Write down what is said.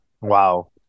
wow